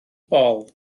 bol